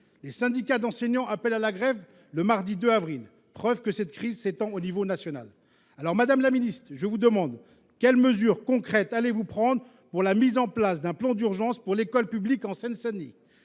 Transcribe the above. les syndicats d’enseignants appellent à la grève le mardi 2 avril, preuve que cette crise s’étend à l’échelle nationale ! Madame la ministre, quelle mesure concrète allez vous prendre pour mettre en place un plan d’urgence pour l’école publique en Seine Saint Denis ?